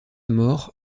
mort